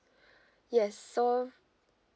yes so